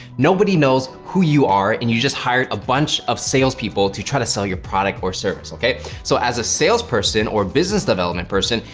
nobody knows who you are, and you just hired a bunch of salespeople to try to sell your product or service okay? so as a sales person or business development person,